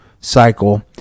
cycle